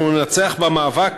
אנחנו ננצח במאבק,